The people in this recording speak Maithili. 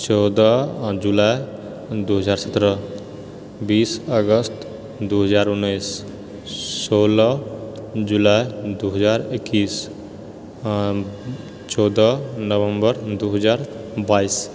चौदह जुलाइ दू हजार सत्रह बीस अगस्त दू हजार उन्नैस सोलह जुलाइ दू हजार एकैस चौदह नवम्बर दू हजार बाइस